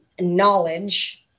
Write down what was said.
knowledge